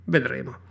Vedremo